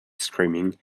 screaming